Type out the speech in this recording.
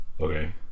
Okay